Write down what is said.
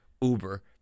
Uber